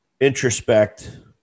introspect